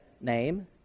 name